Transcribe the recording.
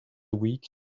week